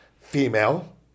female